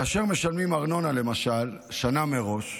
כאשר למשל משלמים ארנונה שנה מראש,